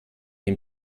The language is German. dem